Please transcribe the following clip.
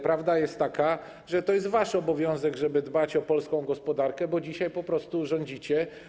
Prawda jest taka, że to jest wasz obowiązek, żeby dbać o polską gospodarkę, bo dzisiaj po prostu rządzicie.